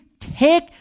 take